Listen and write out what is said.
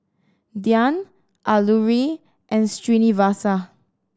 Dhyan Alluri and Srinivasa